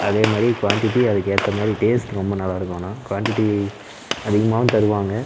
அதே மாதிரி குவான்டிட்டி அதுக்கு ஏற்ற மாதிரி டேஸ்ட்டு ரொம்ப நல்லா இருக்கும் ஆனால் குவான்டிட்டி அதிகமாகவும் தருவாங்க